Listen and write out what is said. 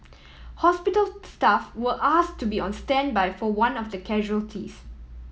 hospital staff were ask to be on standby for one of the casualties